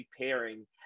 pairing